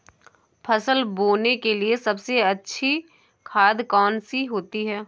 फसल बोने के लिए सबसे अच्छी खाद कौन सी होती है?